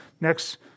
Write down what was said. next